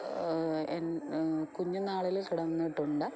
കുഞ്ഞുന്നാളിൽ കിടന്നിട്ടുണ്ട്